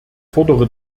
fordere